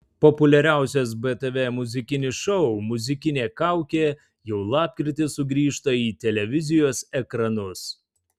populiariausias btv muzikinis šou muzikinė kaukė jau lapkritį sugrįžta į televizijos ekranus